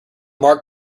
mark